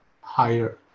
higher